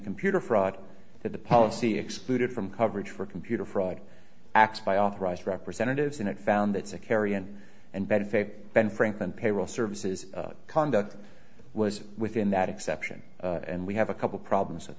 computer fraud that the policy excluded from coverage for computer fraud acts by authorised representatives and it found that zakarian and benefit ben franklin payroll services conduct was within that exception and we have a couple problems with